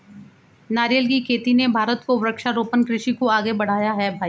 नारियल की खेती ने भारत को वृक्षारोपण कृषि को आगे बढ़ाया है भईया